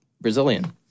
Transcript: Brazilian